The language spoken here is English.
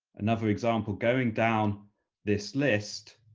another example going down this list